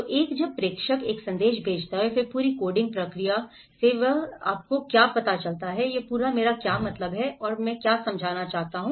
तो एक जब प्रेषक एक संदेश भेजता है और फिर पूरी कोडिंग प्रक्रिया और वह कैसे यह आपको पता है यह पूरा मेरा क्या मतलब है और मैं क्या समझता हूं